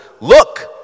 look